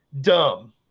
dumb